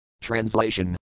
translation